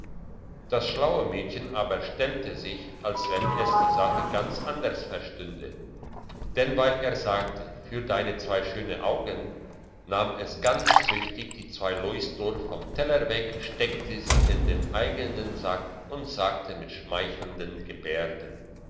das schlaue mädchen aber stellte sich als wenn es die sache ganz anders verstünde denn weil er sagte für deine zwei schöne augen nahm es ganz züchtig die zwei louisdor vom teller weg steckte sie in den eigenen sack und sagte mit schmeichelnden gebärden